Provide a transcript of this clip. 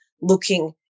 looking